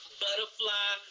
butterfly